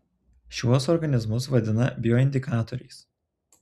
šiuos organizmus vadina bioindikatoriais